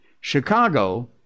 Chicago